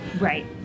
Right